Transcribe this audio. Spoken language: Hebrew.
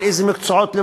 אומר איזה מקצועות לבחור.